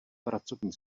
pracovní